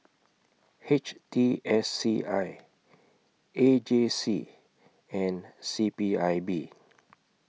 H T S C I A J C and C P I B